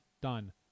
Done